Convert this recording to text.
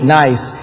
nice